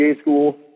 school